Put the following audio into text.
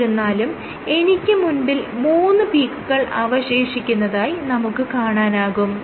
എന്നിരുന്നാലും എനിക്ക് മുൻപിൽ മൂന്ന് പീക്കുകൾ അവശേഷിക്കുന്നതായി നമുക്ക് കാണാനാകും